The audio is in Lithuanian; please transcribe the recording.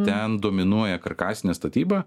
ten dominuoja karkasinė statyba